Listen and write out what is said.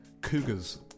cougars